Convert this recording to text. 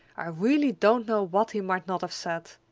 i really don't know what he might not have said!